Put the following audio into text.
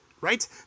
right